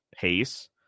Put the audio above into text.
pace